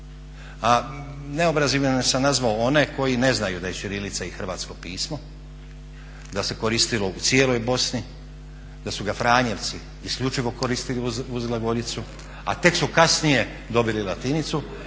A neobrazovanim sam nazvao one koji ne znaju da je ćirilica i hrvatsko pismo, da se koristilo u cijeloj Bosni, da su ga Franjevci isključivo koristili uz glagoljicu, a tek su kasnije dobili latinicu.